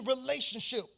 relationship